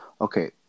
okay